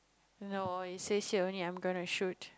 no it says here only I'm going to shoot